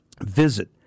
Visit